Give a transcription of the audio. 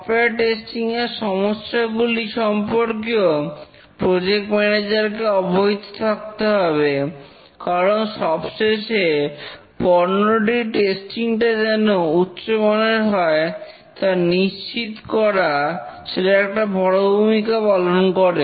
software testing এর সমস্যাগুলি সম্পর্কেও প্রজেক্ট ম্যানেজার কে অবহিত থাকতে হবে কারণ সবশেষে পণ্যটির টেস্টিং টা যেন উচ্চমানের হয় তা নিশ্চিত করা সেটা একটা বড় ভূমিকা পালন করে